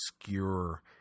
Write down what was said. obscure